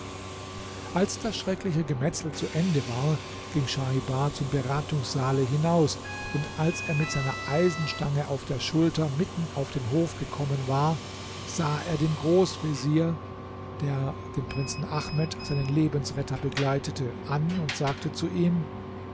als das schreckliche gemetzel zu ende war ging schaibar zum beratungssaale hinaus und als er mit seiner eisenstange auf der schulter mitten auf den hof gekommen war sah er den großvezier der den prinzen ahmed seinen lebensretter begleitete an und sagte zu ihm